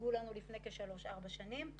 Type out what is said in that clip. שהוצגו לנו לפני כשלוש שנים.